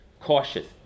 cautious